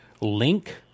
Link